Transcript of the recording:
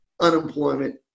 unemployment